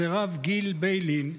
סירב גיל ביילין,